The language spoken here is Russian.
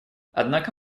однако